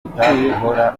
guhora